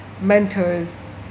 mentors